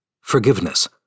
Forgiveness